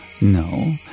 No